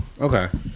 Okay